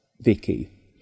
Vicky